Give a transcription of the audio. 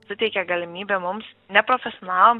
suteikia galimybę mums neprofesionalams